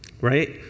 right